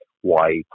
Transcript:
white